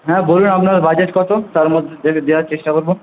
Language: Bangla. হ্যাঁ বলুন আপনার বাজেট কত তার মধ্যে থেকে দেওয়ার চেষ্টা করবো